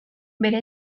bere